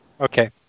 Okay